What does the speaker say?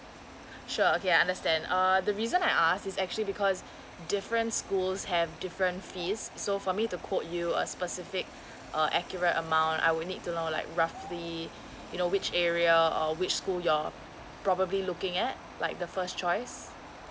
sure okay I understand uh the reason I ask is actually because different schools have different fees so for me to quote you a specific uh accurate amount I will need to know like roughly you know which area or which school you're probably looking at like the first choice